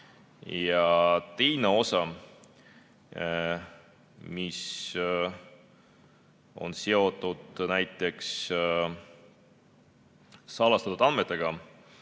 teine osa, mis on seotud näiteks salastatud andmetega,